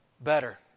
better